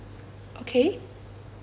okay